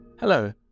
Hello